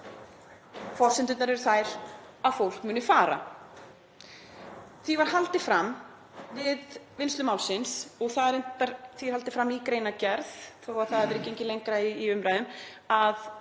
þeirra.“ Forsendurnar eru þær að fólk muni fara. Því var haldið fram við vinnslu málsins og því er haldið fram í greinargerð, þó að það hafi verið gengið lengra í umræðum,